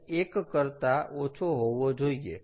1 કરતા ઓછો હોવો જોઈએ